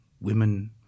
women